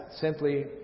simply